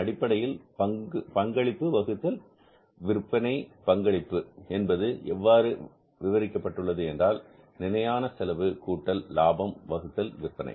அடிப்படையில் பங்களிப்பு வகுத்தல் விற்பனை பங்களிப்பு என்பது எவ்வாறு விவரிக்கப்பட்டுள்ளது என்றால் நிலையான செலவு கூட்டல் லாபம் வகுத்தல் விற்பனை